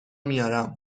میارم